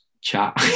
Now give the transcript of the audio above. chat